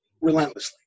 relentlessly